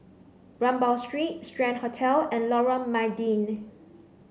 Rambau Street Strand Hotel and Lorong Mydin